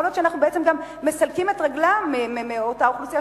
יכול להיות שאנחנו בעצם גם מסלקים את רגלם מאותה אוכלוסייה,